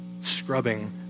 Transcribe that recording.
scrubbing